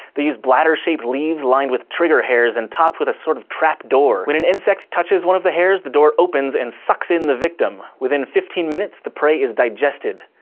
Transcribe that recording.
they use bladder-shaped leaves lined with trigger hairs and topped with a sort of trap door. when an insect touches one of the hairs the door opens and sucks in the victim. within fifteen minutes, the prey is digested.